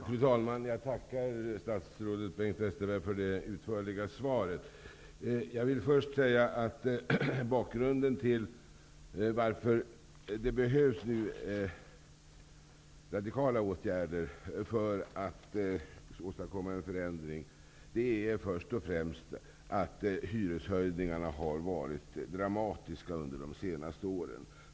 Fru talman! Jag tackar statsrådet Bengt Westerberg för det utförliga svaret. Bakgrunden till att det behövs radikala åtgärder för att åstadkomma en förändring är först och främst att hyreshöjningarna har varit dramatiska under de senaste åren.